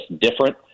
different